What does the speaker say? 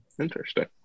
Interesting